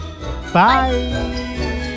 Bye